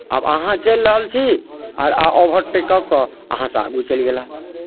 आब अहाँ चलि रहल छी आ ओवरटेक कऽ कऽ अहाँसँ आगू चलि गेलाह